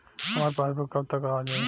हमार पासबूक कब तक आ जाई?